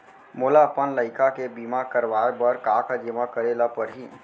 मोला अपन लइका के बीमा करवाए बर का का जेमा करे ल परही?